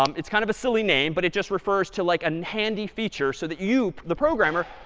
um it's kind of a silly name. but it just refers to like a handy feature so that you, the programmer,